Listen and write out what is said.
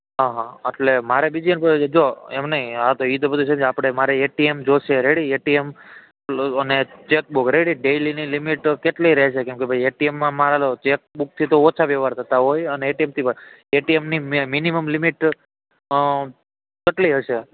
હહ અટલે મારે જો એમ નહીં હા તો એતો બધું છે જ ને આપણે મારે એટીએમ જોઇશે રેડી એટીએમ અને ચેક બુક રેડી ડેલીની લીમીટ કેટલી રહેશે કેમકે ભાઇ એટીએમ માં મારે તો ચેક બુકથી તો ઓછા વહેવાર થતાં હોય અને એટીએમથી એટીએમની મીનીમમ લિમિટ કેટલી હશે